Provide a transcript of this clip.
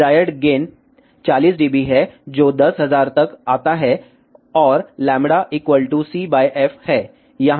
desired gain 40 dB है जो 10000 तक आता है और λ c f है